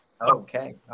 okay